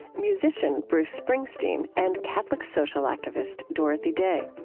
musician bruce springsteen, and catholic social activist dorothy day